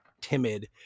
Timid